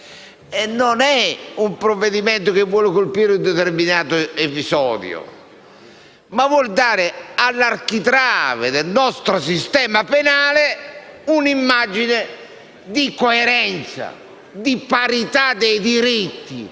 non è un provvedimento che vuole colpire un determinato episodio, ma vuol dare all'architrave del nostro sistema penale un'immagine di coerenza, di parità dei diritti,